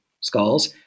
skulls